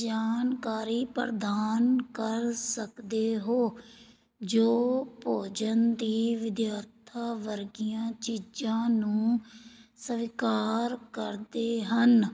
ਜਾਣਕਾਰੀ ਪ੍ਰਦਾਨ ਕਰ ਸਕਦੇ ਹੋ ਜੋ ਭੋਜਨ ਦੀ ਵਿਦਅਥਤਾ ਵਰਗੀਆਂ ਚੀਜ਼ਾਂ ਨੂੰ ਸਵੀਕਾਰ ਕਰਦੇ ਹਨ